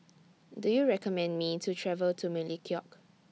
Do YOU recommend Me to travel to Melekeok